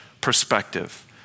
perspective